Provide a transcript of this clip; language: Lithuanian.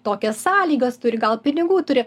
tokias sąlygas turi gal pinigų turi